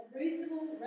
reasonable